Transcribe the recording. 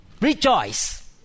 Rejoice